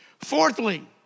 fourthly